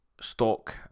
stock